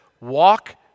walk